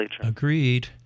agreed